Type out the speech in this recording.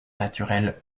naturelle